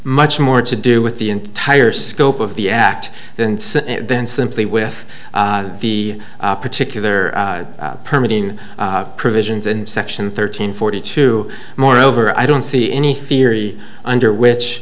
much more to do with the entire scope of the act then then simply with the particular permitting provisions in section thirteen forty two moreover i don't see any theory under which